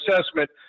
assessment